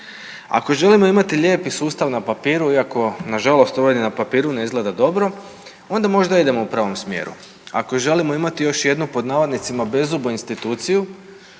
Ako želimo imati lijepi sustav na papiru iako nažalost ovo ni na papiru ne gleda dobro, onda možda idemo u pravom smjeru. Ako želimo imati još jednu, pod navodnicima, bezubu instituciju